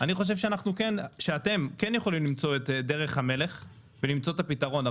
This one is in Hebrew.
אני חושב שאתם כן יכולים למצוא את דרך המלך ולמצוא את הפתרון.